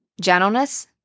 gentleness